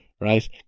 Right